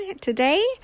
today